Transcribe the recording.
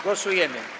Głosujemy.